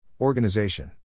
Organization